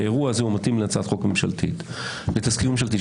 האירוע הזה מתאים להצעת חוק ממשלתית ותזכיר ממשלתי,